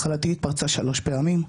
מחלתי התפרצה שלוש פעמים,